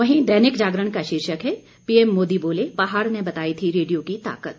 वहीं दैनिक जागरण का शीर्षक है पीएम मोदी बोले पहाड़ ने बताई थी रेडियो की ताकत